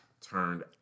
turned